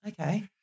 Okay